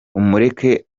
umureke